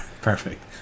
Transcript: Perfect